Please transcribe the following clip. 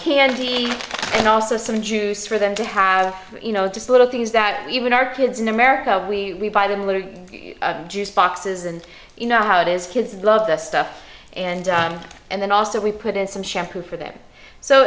candy and also some juice for them to have you know just little things that even our kids in america we buy them little juice boxes and you know how it is kids love this stuff and and then also we put in some chef who for them so